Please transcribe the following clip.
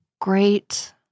great